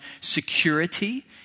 security